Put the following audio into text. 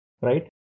Right